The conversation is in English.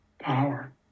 power